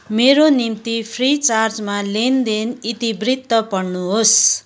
मेरो निम्ति फ्रिचार्जमा लेनदेन इतिवृत्त पढ्नुहोस्